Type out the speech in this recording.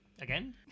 Again